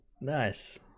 Nice